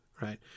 right